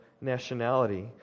nationality